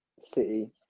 City